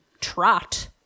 trot